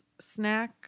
snack